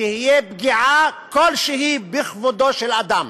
פגיעה כלשהי בכבודו של אדם.